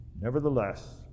nevertheless